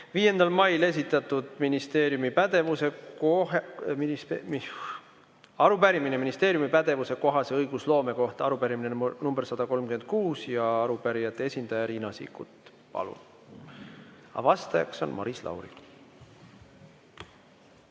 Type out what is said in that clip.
5. mail esitatud arupärimine ministeeriumi pädevuse kohase õigusloome kohta. Arupärimise number on 136 ja arupärijate esindaja on Riina Sikkut. Palun! Aga vastaja on Maris Lauri.